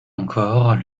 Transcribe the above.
encore